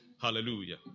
Hallelujah